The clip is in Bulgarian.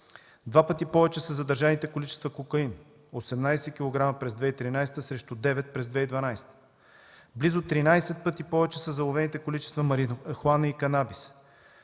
Два пъти повече са задържаните количества кокаин – 18 кг през 2013 г. срещу 9 през 2012 г. Близо 13 пъти повече са заловените количества марихуана и канабис